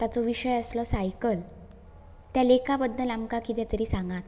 ताचो विशय आसलो सायकल त्या लेखा बद्दल आमकां कितें तरी सांगात